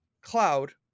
Cloud